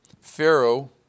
Pharaoh